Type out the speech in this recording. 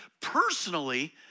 personally